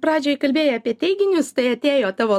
pradžioj kalbėjai apie teiginius tai atėjo tavo